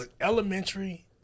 elementary